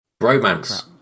romance